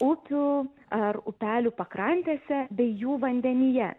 upių ar upelių pakrantėse bei jų vandenyje